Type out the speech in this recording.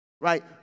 right